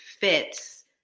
fits